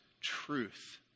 truth